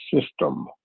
system